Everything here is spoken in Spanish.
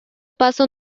paso